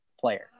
player